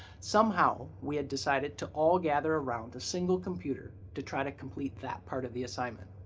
somehow we had decided to all gather around a single computer to try to complete that part of the assignment.